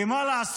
כי מה לעשות,